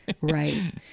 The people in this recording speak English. Right